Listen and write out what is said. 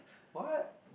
what